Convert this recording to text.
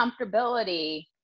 comfortability